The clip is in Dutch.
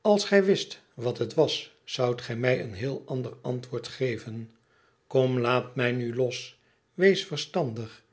als gij wist wat het was zoudt gij mij een geheel ander antwoord geven kom laat mij nu los wees verstandig